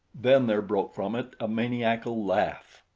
then there broke from it a maniacal laugh.